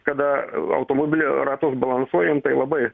kada automobilio ratus balansuojam tai labai